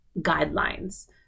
guidelines